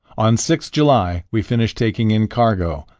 on six july we finished taking in cargo,